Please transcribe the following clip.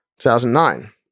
2009